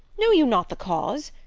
know you not the cause?